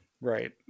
Right